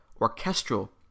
orchestral